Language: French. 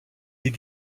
est